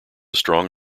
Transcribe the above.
strong